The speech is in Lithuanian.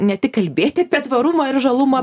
ne tik kalbėti apie tvarumą ir žalumą